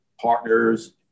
partners